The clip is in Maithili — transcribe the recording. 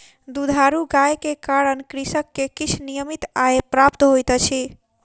दुधारू गाय के कारण कृषक के किछ नियमित आय प्राप्त होइत अछि